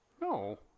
No